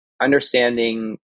understanding